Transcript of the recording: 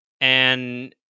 and-